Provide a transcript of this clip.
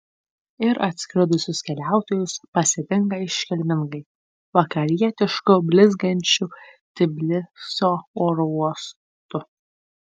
ir atskridusius keliautojus pasitinka iškilmingai vakarietišku blizgančiu tbilisio oro uostu